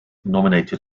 nominated